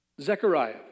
Zechariah